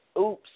Oops